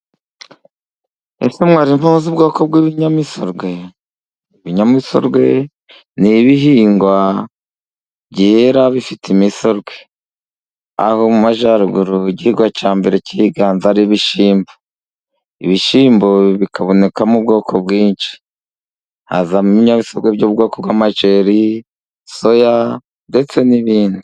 Ese mwari muzi ubwoko bw'ibinyamisogwe? Ibinyamisogwe ni ibihingwa byera bifite imisogwe, aho mu majyaruguru igihigwa cya mbere cyihiganza ari ibishyimbo, ibishyimbo bikabonekamo ubwoko bwinshi, hazamo ibinyamisogwe by'ubwoko bw'amajeri, soya ndetse n'ibindi.